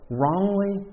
wrongly